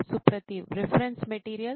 Suprativ reference materials